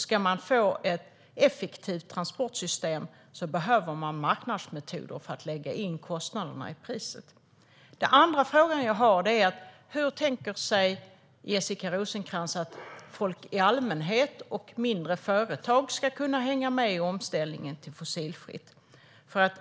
Ska man få ett effektivt transportsystem behövs det marknadsmetoder för att räkna in kostnaderna i priset. Den andra frågan är: Hur tänker sig Jessica Rosencrantz att folk i allmänhet och mindre företag ska kunna hänga med i omställningen till fossilfri fordonsflotta?